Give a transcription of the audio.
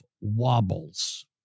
wobbles